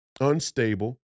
unstable